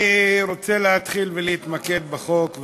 אני רוצה להתחיל ולהתמקד בחוק,